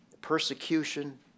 persecution